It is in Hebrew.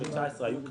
ב-2019 היו תקנות.